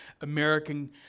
American